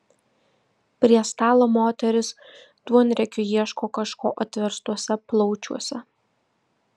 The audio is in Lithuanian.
prie stalo moterys duonriekiu ieško kažko atverstuose plaučiuose